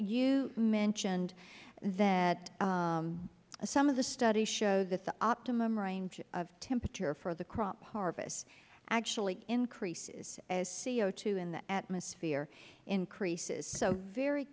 you mentioned that some of the studies show that the optimum range of temperature for the crop harvest actually increases as co in the atmosphere increases so very